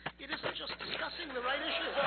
it isn't just discussing the right issue.